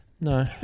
No